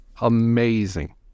Amazing